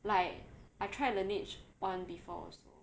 like I try Laniege [one] before also